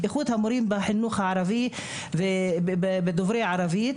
איכות המורים דוברי הערבית בחינוך הערבית.